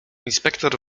inspektor